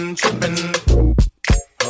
trippin